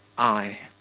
i.